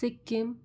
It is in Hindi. सिक्किम